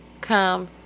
come